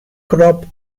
crop